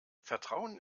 vertrauen